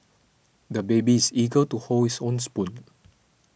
the baby's eager to hold his own spoon